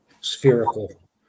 spherical